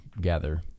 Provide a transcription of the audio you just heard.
gather